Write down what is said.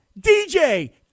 DJ